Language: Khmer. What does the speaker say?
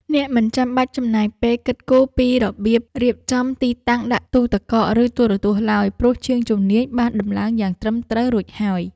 អ្នកមិនចាំបាច់ចំណាយពេលគិតគូរពីរបៀបរៀបចំទីតាំងដាក់ទូទឹកកកឬទូរទស្សន៍ឡើយ ព្រោះជាងជំនាញបានដំឡើងយ៉ាងត្រឹមត្រូវរួចហើយ។